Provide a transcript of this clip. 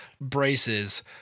braces